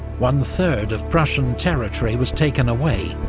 one third of prussian territory was taken away,